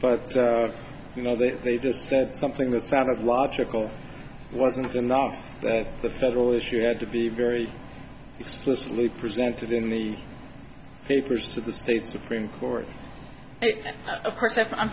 but you know that they just said something that sounded logical wasn't enough the federal issue had to be very explicitly presented in the papers to the state supreme court